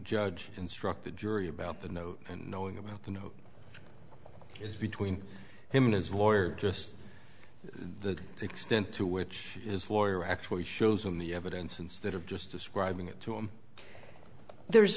judge instruct the jury about the note and knowing about the note is between him and his lawyer just the extent to which is lawyer actually shows him the evidence instead of just describing it to him there's